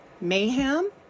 Mayhem